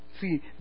See